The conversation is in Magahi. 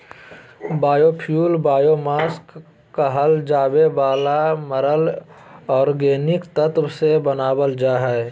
बायोफ्यूल बायोमास कहल जावे वाला मरल ऑर्गेनिक तत्व से बनावल जा हइ